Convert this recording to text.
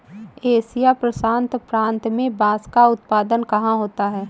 Asia प्रशांत प्रांत में बांस का उत्पादन कहाँ होता है?